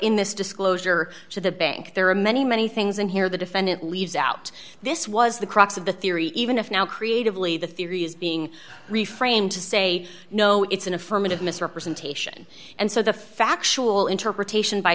in this disclosure to the bank there are many many things in here the defendant leaves out this was the crux of the theory even if now creatively the theory is being reframed to say no it's an affirmative misrepresentation and so the factual interpretation by